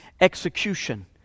execution